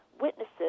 witnesses